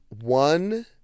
one